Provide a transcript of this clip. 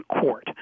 Court